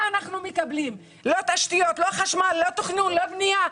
לא תשתיות, לא חשמל, לא תכנון, לא בנייה.